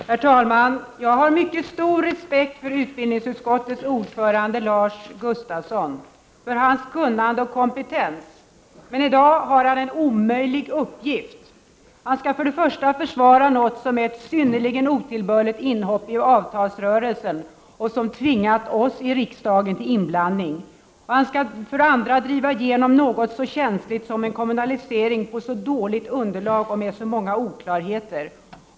Herr talman! Jag har mycket stor respekt för utbildningsutskottets ordförande Lars Gustafsson, för hans kunnande och kompetens. Men i dag har han en omöjlig uppgift: han skall för det första försvara något som är ett synnerligen otillbörligt inhopp i avtalsrörelsen och som tvingat oss i riksdagen till inblandning. För det andra skall han driva igenom något så känsligt som en kommunalisering av lärartjänsterna på så dåligt underlag med så många oklarheter.